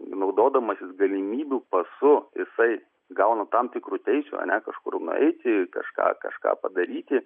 naudodamasis galimybių pasu jisai gauna tam tikrų teisių ane kažkur nueiti kažką kažką padaryti